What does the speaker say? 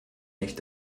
nicht